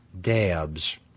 dabs